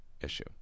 issue